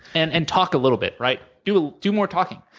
and and talk a little bit, right? do do more talking.